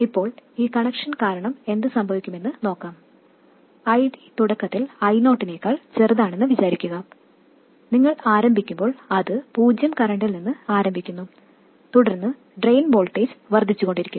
ഇപ്പോൾ ഈ കണക്ഷൻ കാരണം എന്തുസംഭവിക്കുന്നുവെന്ന് നോക്കാം ID തുടക്കത്തിൽ I0 നേക്കാൾ ചെറുതാണെന്ന് വിചാരിക്കുക നിങ്ങൾ ആരംഭിക്കുമ്പോൾ അത് പൂജ്യം കറന്റിൽ നിന്ന് ആരംഭിക്കുന്നു തുടർന്ന് ഡ്രെയിൻ വോൾട്ടേജ് വർദ്ധിച്ചുകൊണ്ടിരിക്കും